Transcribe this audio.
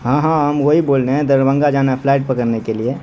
ہاں ہاں ہم وہی بول رہے ہیں دربھنگہ جانا ہے فلائٹ پکڑنے کے لیے